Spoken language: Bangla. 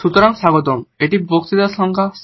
সুতরাং স্বাগতম এবং এটি বক্তৃতা সংখ্যা 60